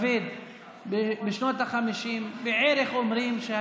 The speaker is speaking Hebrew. מה, הוא יגור בתוך בניין בן עשר קומות?